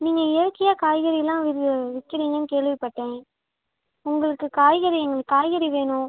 நீங்கள் இயற்கையாக காய்கறிலாம் வி விக்கிறீங்கனு கேள்விப்பட்டேன் உங்களுக்கு காய்கறி எங்களுக்கு காய்கறி வேணும்